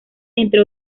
entre